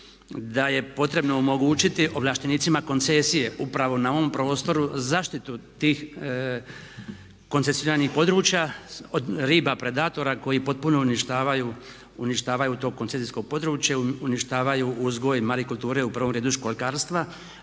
da je potrebno omogućiti ovlaštenicima koncesije upravo na ovom prostoru zaštitu tih koncesioniranih područja od riba predatora koji potpuno uništavaju to koncesijsko područje, uništavaju uzgoj mari kulture, u prvom redu školjkarstva